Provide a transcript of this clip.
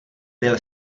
byl